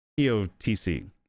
POTC